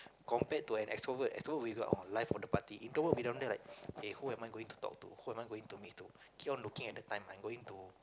compared to an extrovert extrovert will be the life of the party introvert will be down there like eh who am I going to talk to who am I going to meet to keep on looking at the time I'm going to